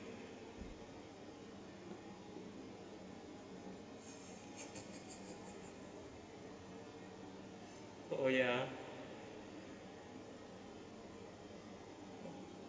oh oh ya